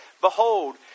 Behold